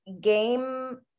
game